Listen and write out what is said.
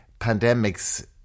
pandemics